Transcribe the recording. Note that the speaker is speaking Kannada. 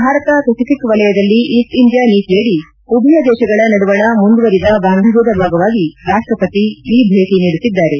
ಭಾರತ ಪೆಸಿಫಿಕ್ ವಲಯದಲ್ಲಿ ಈಸ್ಸ್ ಇಂಡಿಯಾ ನೀತಿಯಡಿ ಉಭಯ ದೇಶಗಳ ನಡುವಣ ಮುಂದುವರಿದ ಬಾಂಧವ್ದದ ಭಾಗವಾಗಿ ರಾಷ್ಷಪತಿ ಈ ಭೇಟ ನೀಡುತ್ತಿದ್ದಾರೆ